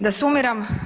Da sumiram.